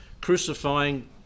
crucifying